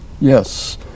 Yes